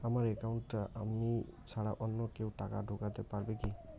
আমার একাউন্টে আমি ছাড়া অন্য কেউ টাকা ঢোকাতে পারবে কি?